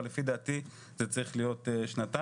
אבל לפי דעתי זה צריך להיות לשנתיים.